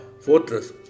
fortress